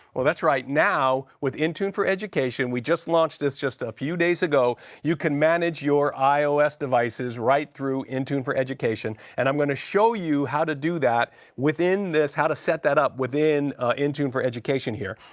well, that's right. now, with intune for education we just launched this just a few days ago you can manage your ios devices right through intune for education. and i'm going to show you how to do that within this, how to set that up within ah intune for education here.